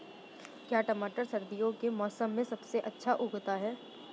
क्या टमाटर सर्दियों के मौसम में सबसे अच्छा उगता है?